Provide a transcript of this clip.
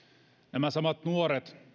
nämä samat nuoret